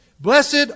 Blessed